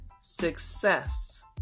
Success